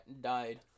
died